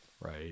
right